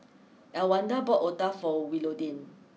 Elwanda bought Otah for Willodean